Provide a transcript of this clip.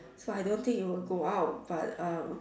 so I don't think it will go out but uh